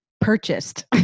purchased